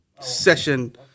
session